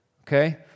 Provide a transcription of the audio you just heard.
Okay